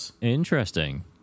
Interesting